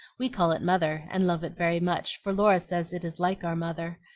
we call it mother, and love it very much, for laura says it is like our mother.